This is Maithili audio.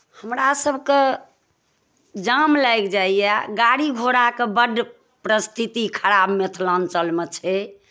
हमरासभकेँ जाम लागि जाइए गाड़ी घोड़ाके बड्ड परिस्थिति खराब मिथिलाञ्चलमे छै